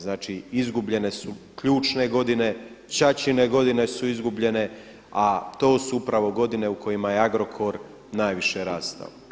Znači izgubljene su ključne godine, ćaćine godine su izgubljene a to su upravo godine u kojima je Agrokor najviše rastao.